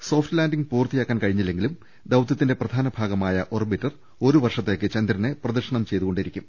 soft landing പൂർത്തിയാക്കാൻ കഴിഞ്ഞില്ലെങ്കിലും ദൌതൃത്തിന്റെ പ്രധാനഭാഗമായ ഓർബിറ്റർ ഒരുവർഷത്തേക്ക് ചന്ദ്രനെ പ്രദക്ഷിണം ചെയ്തു കൊണ്ടിരിക്കും